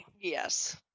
yes